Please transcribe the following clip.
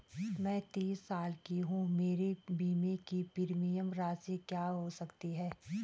मैं तीस साल की हूँ मेरे बीमे की प्रीमियम राशि क्या हो सकती है?